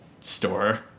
Store